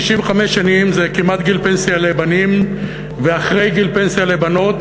65 שנים זה כמעט גיל פנסיה לבנים ואחרי גיל פנסיה לבנות,